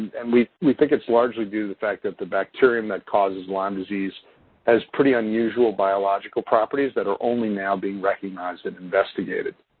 and we we think it's largely due to the fact that the bacterium that causes lyme disease has pretty unusual biological properties that are only now being recognized and investigated.